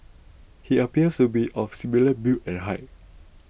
he appears to be of similar build and height